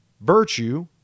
virtue